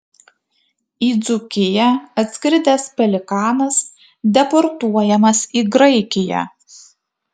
į dzūkiją atskridęs pelikanas deportuojamas į graikiją